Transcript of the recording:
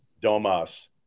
Domas